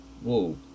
whoa